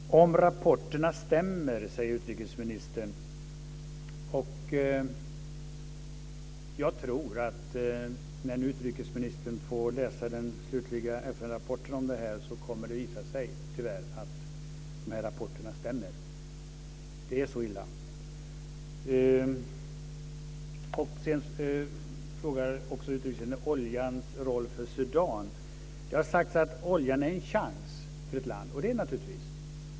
Fru talman! Om rapporterna stämmer, säger utrikesministern. När utrikesministern får läsa den slutliga FN-rapporten kommer det nog tyvärr att visa sig att dessa rapporter stämmer. Det är så illa. Utrikesministern talar också om oljans roll för Sudan. Det har sagts att oljan är en chans för ett land, och så det naturligtvis.